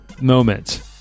moment